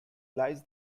lies